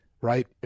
right